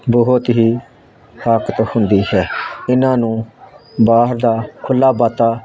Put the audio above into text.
ਬਹੁਤ ਹੀ ਤਾਕਤ ਹੁੰਦੀ ਹੈ ਇਹਨਾਂ ਨੂੰ ਬਾਹਰ ਦਾ ਖੁੱਲ੍ਹਾ ਬਾਤਾ